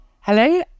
Hello